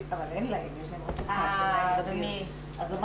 אני כתבתי את זה גם